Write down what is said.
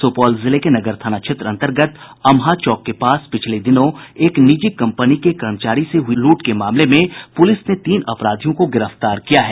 सुपौल जिले के नगर थाना क्षेत्र अंतर्गत अमहा चौक के पास पिछले दिनों एक निजी कंपनी के कर्मचारी से हुई लूट के मामले में पुलिस ने तीन अपराधियों को गिरफ्तार किया है